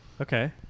Okay